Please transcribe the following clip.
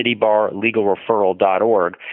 citybarlegalreferral.org